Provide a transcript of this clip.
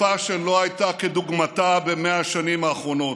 מגפה שלא הייתה כדוגמתה ב-100 השנים האחרונות,